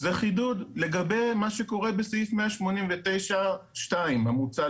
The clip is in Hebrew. זה חידוד לגבי מה שקורה בסעיף 189(2) המוצע,